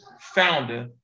founder